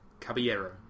caballero